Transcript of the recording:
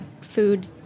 food